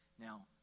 Now